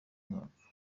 mwaka